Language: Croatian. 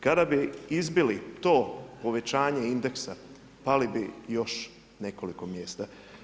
Kada bi izbili to povećanje indeksa, pali bi još nekoliko mjesta.